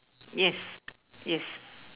yes yes